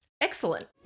Excellent